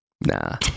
Nah